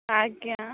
ଆଜ୍ଞା